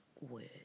words